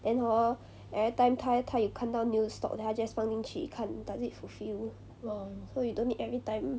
then hor every time 她她有看到 new stock then 她 just 放进去看 does it fulfil so you don't need every time